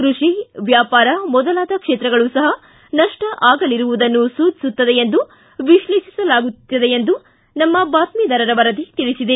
ಕೈಷಿ ವ್ಯಾಪಾರ ಮೊದಲಾದ ಕ್ಷೇತ್ರಗಳು ಸಹ ನಪ್ಸ ಆಗಲಿರುವುದನ್ನು ಸೂಚಿಸುತ್ತದೆ ಎಂದು ವಿಶ್ಲೇಷಿಸಲಾಗುತ್ತಿದೆ ಎಂದು ನಮ್ಮ ಬಾತ್ಮಿದಾರರ ವರದಿ ತಿಳಿಸಿದೆ